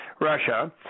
Russia